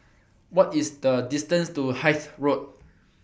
What IS The distance to Hythe Road